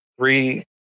three